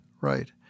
right